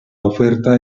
oferta